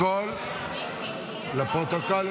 התשפ"ה,2024,